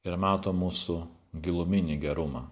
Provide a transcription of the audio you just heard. ir mato mūsų giluminį gerumą